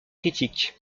critiques